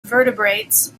vertebrates